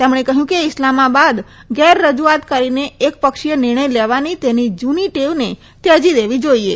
તેમણે કહયું કે ઈસ્લામાબાદ ગેર રજુઆત કરીને એક પક્ષીય નિર્ણય લેવાની તેની જુની ટેવને ત્યજી દેવી જોઈએ